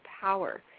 power